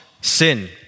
sin